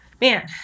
Man